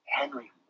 Henry